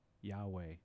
Yahweh